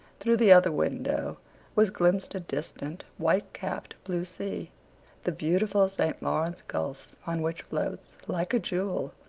through the other window was glimpsed a distant, white-capped, blue sea the beautiful st. lawrence gulf, on which floats, like a jewel,